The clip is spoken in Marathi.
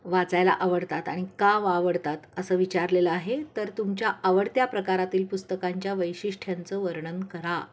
वाचायला आवडतात आणि का आवडतात असं विचारलेलं आहे तर तुमच्या आवडत्या प्रकारातील पुस्तकांच्या वैशिष्ट्यांचं वर्णन करा